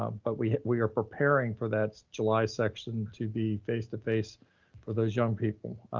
but we we are preparing for that july section to be face to face for those young people.